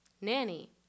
nanny